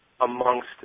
amongst